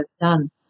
done